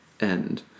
end